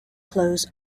clothes